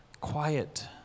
Quiet